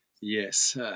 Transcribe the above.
Yes